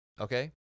Okay